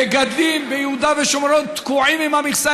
מגדלים ביהודה ושומרון תקועים עם המכסה,